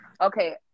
Okay